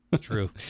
True